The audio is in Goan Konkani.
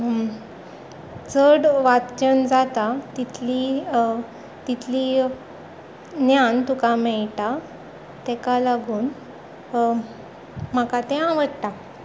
चड वाचन जाता तितली तितली ज्ञान तुका मेळटा ताका लागून म्हाका तें आवडटा